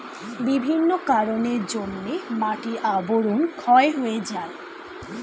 বিভিন্ন কারণের জন্যে মাটির আবরণ ক্ষয় হয়ে যায়